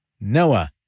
Noah